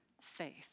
faith